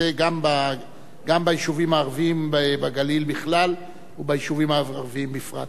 גם ביישובים הערביים בגליל בכלל וביישובים הערביים בפרט.